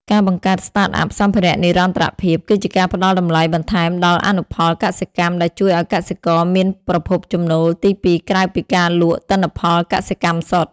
ការបង្កើត Startup សម្ភារៈនិរន្តរភាព គឺជាការផ្ដល់តម្លៃបន្ថែមដល់អនុផលកសិកម្ម ដែលជួយឱ្យកសិករមានប្រភពចំណូលទីពីរក្រៅពីការលក់ទិន្នផលកសិកម្មសុទ្ធ។